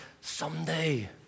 someday